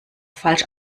falsch